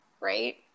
Right